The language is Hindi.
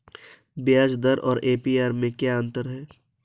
ब्याज दर और ए.पी.आर में क्या अंतर है?